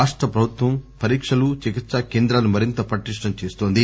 రాష్టప్రభుత్వం పరీక్షలు చికిత్ప కేంద్రాలను మరింత పటిష్టం చేస్తోంది